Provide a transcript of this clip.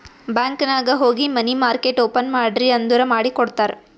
bank ನಾಗ್ ಹೋಗಿ money market open ಮಾಡ್ರಿ ಅಂದುರ್ ಮಾಡಿ ಕೊಡ್ತಾರ್